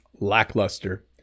lackluster